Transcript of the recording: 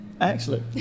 Excellent